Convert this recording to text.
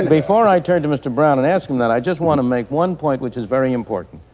before i turn to mr. brown and ask him that, i just want to make one point which is very important.